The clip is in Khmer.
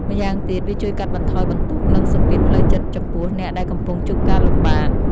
ម្យ៉ាងទៀត វាជួយកាត់បន្ថយបន្ទុក និងសម្ពាធផ្លូវចិត្តចំពោះអ្នកដែលកំពុងជួបការលំបាក។